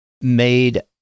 made